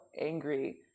angry